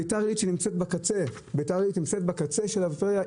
ביתר עילית שנמצאת בקצה של הפריפריה,